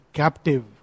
captive